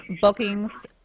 bookings